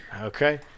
Okay